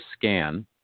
scan